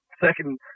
second